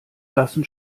blassen